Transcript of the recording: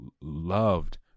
loved